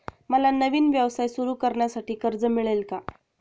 मला नवीन व्यवसाय सुरू करण्यासाठी कर्ज मिळेल का?